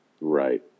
Right